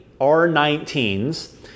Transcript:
R19s